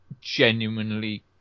genuinely